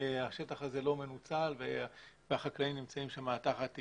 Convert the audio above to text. והשטח הזה לא מנוצל והחקלאים נמצאים שם תחת איום.